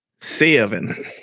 Seven